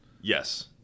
yes